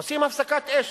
עושים הפסקת אש.